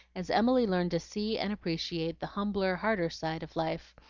as emily learned to see and appreciate the humbler, harder side of life,